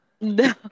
No